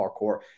parkour